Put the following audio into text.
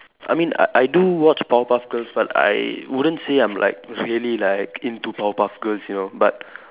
I mean I I do watch powerpuff girls but I wouldn't say I'm like really like into powerpuff girls you know but